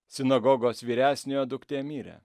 sinagogos vyresniojo duktė mirė